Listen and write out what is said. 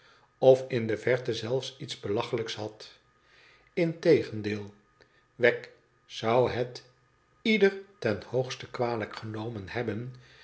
of in de verte zelfs iets belachelijks had integendeel wegg zou het ieder ten hoogste kwalijk genomen hebben